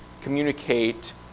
communicate